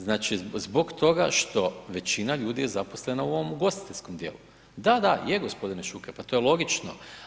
Znači, zbog toga što većina ljudi je zaposlena u ovom ugostiteljskom dijelu, da, da, je g. Šuker, pa to je logično.